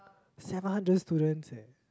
seven hundred students eh